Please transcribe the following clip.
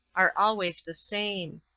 are always the same.